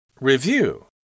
Review